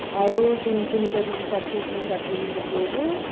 ଆଳୁ ଚୁନି ଚୁନି କରିକି କାଟିକି ତାକୁ ବି ପକାଇବୁ